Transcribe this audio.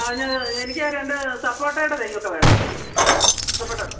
അതിന് എനിക്ക് രണ്ട് സപ്പോട്ടയുടെ തയ്യ് ഒക്കെ വേണം സപ്പോട്ട്